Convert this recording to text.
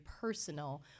personal